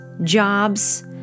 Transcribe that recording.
Jobs